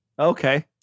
Okay